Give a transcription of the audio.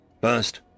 First